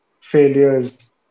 failures